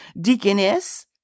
deaconess